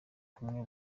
kumwe